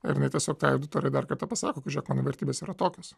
ir jinai tiesiog tai auditorijai dar kartą pasako kad žiūrėk mano vertybės yra tokios